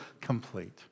complete